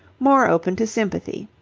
more open to sympathy.